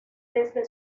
desde